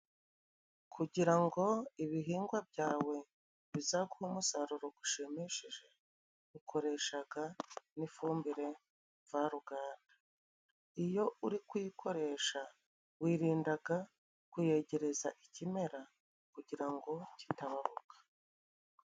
Kugira ngo ibihingwa byawe bizaguhe umusaruro gushimishije ukoreshaga n'ifumbire mvaruganda, iyo uri kuyikoresha wirindaga kuyegereza ikimera kugira ngo kitababuka.